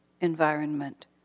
environment